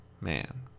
man